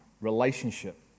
relationship